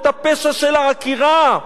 את הפשע של העקירה,